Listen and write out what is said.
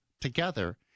together